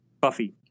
Buffy